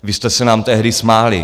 Vy jste se nám tehdy smáli.